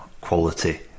quality